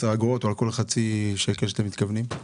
אגורות או על כל חצי שקל שאתם מתכוונים?